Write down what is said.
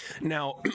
Now